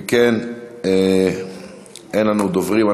אם כן, אין לנו דוברים.